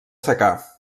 secà